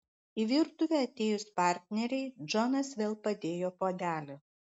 į virtuvę atėjus partnerei džonas vėl padėjo puodelį